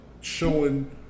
showing